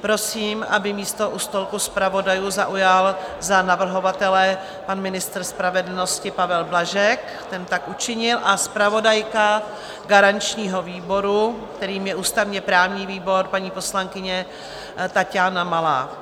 Prosím, aby místo u stolku zpravodajů zaujal za navrhovatele ministr spravedlnosti Pavel Blažek ten tak učinil a zpravodajka garančního výboru, kterým je ústavněprávní výbor, poslankyně Taťána Malá.